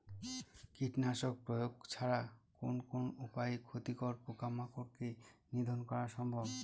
কীটনাশক প্রয়োগ ছাড়া কোন কোন উপায়ে ক্ষতিকর পোকামাকড় কে নিধন করা সম্ভব?